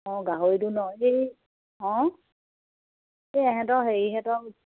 অঁ গাহৰিটো নো সেই অঁ এই ইহঁতৰ হেৰিহঁতৰ